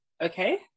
okay